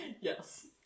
Yes